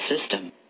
system